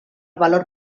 valor